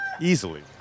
Easily